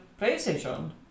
Playstation